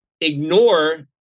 ignore